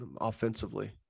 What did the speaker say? offensively